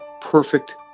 perfect